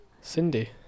Cindy